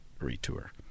retour